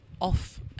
off